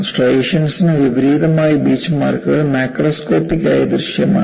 സ്ട്രൈയേഷൻസ്നു വിപരീതമായി ബീച്ച്മാർക്കുകൾ മാക്രോസ്കോപ്പിക് ആയി ദൃശ്യമാണ്